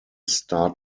star